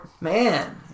man